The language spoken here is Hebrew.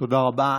תודה רבה.